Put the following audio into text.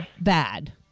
bad